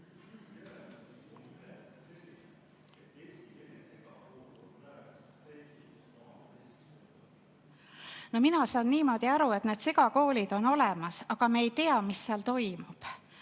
No mina saan niimoodi aru, et need segakoolid on olemas, aga me ei tea, mis seal toimub.